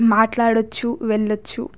మాట్లాడవచ్చు వెళ్ళవచ్చు